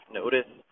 notice